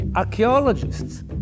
Archaeologists